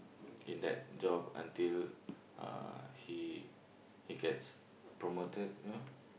in that job until uh he he gets promoted you know